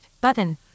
button